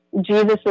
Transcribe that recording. Jesus